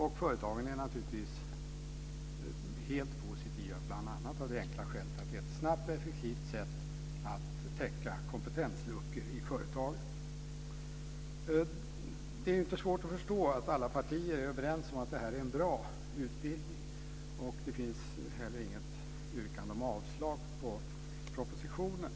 Och företagen är naturligtvis helt positiva bl.a. av det enkla skälet att det är ett snabbt och effektivt sätt att snabbt täcka kompetensluckor i företaget. Det är inte svårt att förstå att alla partier är överens om att det här är en bra utbildning. Det finns heller inget yrkande om avslag på propositionen.